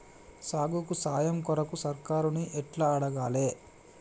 సాగుకు సాయం కొరకు సర్కారుని ఎట్ల అడగాలే?